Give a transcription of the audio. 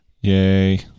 Yay